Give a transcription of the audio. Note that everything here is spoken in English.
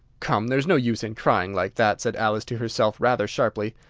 come, there's no use in crying like that! said alice to herself, rather sharply.